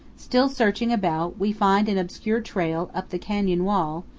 still searching about, we find an obscure trail up the canyon wall,